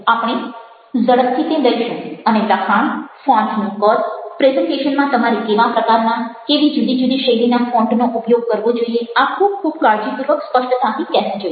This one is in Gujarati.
આપણે ઝડપથી તે લઈશું અને લખાણ ફોન્ટ નું કદ પ્રેઝન્ટેશનમાં તમારે કેવા પ્રકારના કેવી જુદી જુદી શૈલીના ફોન્ટનો ઉપયોગ કરવો જોઈએ આ ખૂબ ખૂબ કાળજીપૂર્વક સ્પષ્ટતાથી કહેવું જોઈએ